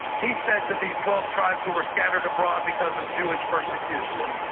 he said to these twelve tribes who were scattered abroad because of jewish persecution,